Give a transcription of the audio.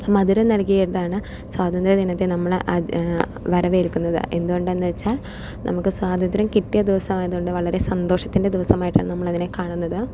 മധുരം നല്കിയിട്ടാണ് സ്വാതന്ത്ര്യ ദിനത്തെ നമ്മൾ അത് വരവേൽക്കുന്നത് എന്തുകൊണ്ടെന്നു വെച്ചാൽ നമുക്ക് സ്വാതന്ത്യം കിട്ടിയ ദിവസമായതുകൊണ്ട് വളരെ സന്തോഷത്തിൻ്റെ ദിവസമായിട്ടാണ് നമ്മളതിനെ കാണുന്നത്